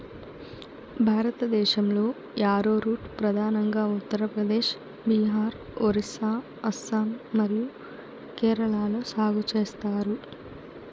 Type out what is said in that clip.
భారతదేశంలో, యారోరూట్ ప్రధానంగా ఉత్తర ప్రదేశ్, బీహార్, ఒరిస్సా, అస్సాం మరియు కేరళలో సాగు చేస్తారు